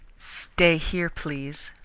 stay here, please,